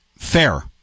Fair